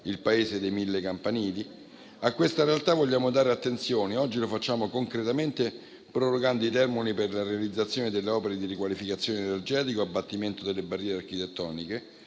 il Paese dei mille campanili. A questa realtà vogliamo dare attenzione ed oggi lo facciamo concretamente prorogando i termini per la realizzazione delle opere di riqualificazione energetica e abbattimento delle barriere architettoniche,